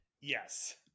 Yes